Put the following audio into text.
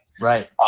right